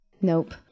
Nope